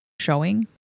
showing